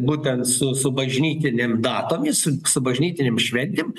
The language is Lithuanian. būtent su su bažnytinėm datomis su bažnytinėm šventėm